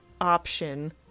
option